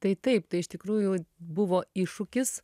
tai taip tai iš tikrųjų buvo iššūkis